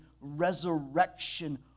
resurrection